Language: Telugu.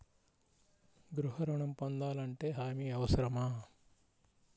గృహ ఋణం నేను పొందాలంటే హామీ అవసరమా?